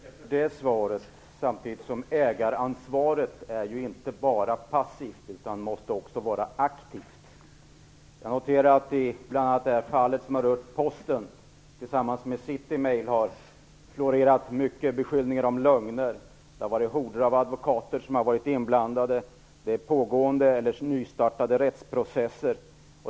Fru talman! Jag tackar för det svaret. Samtidigt vill jag säga att ägaransvaret inte bara är passivt, utan också måste vara aktivt. Jag noterar att det bl.a. i det fall som har rört Posten och Citymail har florerat beskyllningar om lögner. Horder av advokater har varit inblandade. Det är pågående eller nystartade rättsprocesser.